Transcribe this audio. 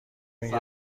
میگه